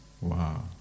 Wow